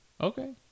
Okay